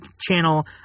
channel